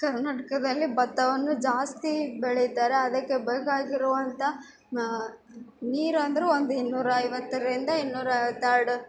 ಕರ್ನಾಟಕದಲ್ಲಿ ಬತ್ತವನ್ನು ಜಾಸ್ತಿ ಬೆಳೀತಾರೆ ಅದಕ್ಕೆ ಬೇಕಾಗಿರುವಂಥ ನೀರು ಅಂದರು ಒಂದು ಇನ್ನೂರೈವತ್ತರಿಂದ ಇನ್ನೂರೈವತ್ತೆರಡು